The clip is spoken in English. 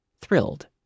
thrilled